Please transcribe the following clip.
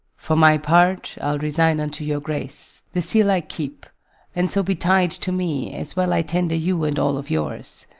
for my part, i'll resign unto your grace the seal i keep and so betide to me as well i tender you and all of yours!